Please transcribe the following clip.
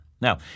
Now